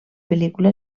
pel·lícula